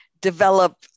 develop